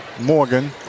Morgan